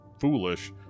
foolish